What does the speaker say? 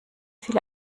viele